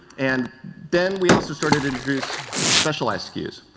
and then we also started to introduce specialized skews.